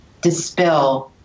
dispel